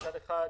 מצד אחד,